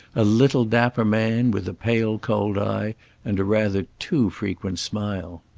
a little, dapper man, with a pale cold eye and a rather too frequent smile.